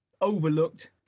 overlooked